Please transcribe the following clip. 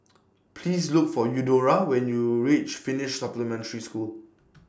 Please Look For Eudora when YOU REACH Finnish Supplementary School